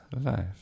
life